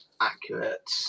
accurate